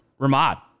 Ramad